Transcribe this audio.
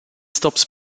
stops